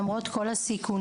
למרות כל הסיכונים,